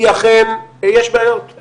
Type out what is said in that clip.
אכן יש בעיות,